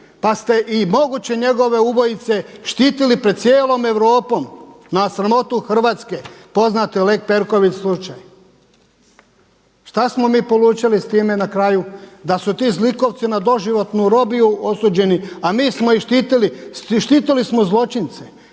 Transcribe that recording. pa ste i moguće njegove ubojice štitili pred cijelom Europom na sramotu Hrvatske poznate Lex Perković slučaj. Što smo mi polučili s time na kraju? Da su ti zlikovci na doživotnu robiju osuđeni, a mi smo ih štitili. Štitili smo zločince.